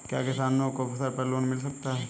क्या किसानों को फसल पर लोन मिल सकता है?